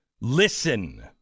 Listen